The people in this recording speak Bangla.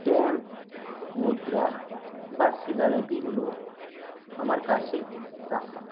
স্ট্যাম্প মুদ্রা বা শিলালিপিগুলো আমার কাছে রাখা